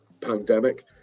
pandemic